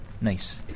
nice